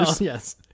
Yes